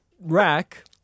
Rack